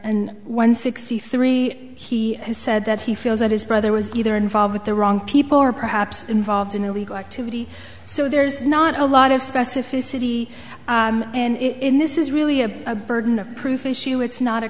and one sixty three he has said that he feels that his brother was either involved with the wrong people or perhaps involved in illegal activity so there's not a lot of specificity in this is really a burden of proof issue it's not a